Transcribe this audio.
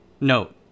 Note